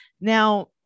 now